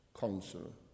counsel